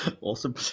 awesome